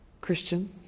Christian